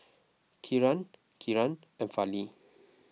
Kiran Kiran and Fali